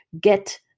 get